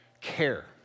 care